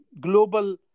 global